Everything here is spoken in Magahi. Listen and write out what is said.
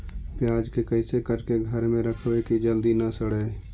प्याज के कैसे करके घर में रखबै कि जल्दी न सड़ै?